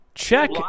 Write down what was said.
Check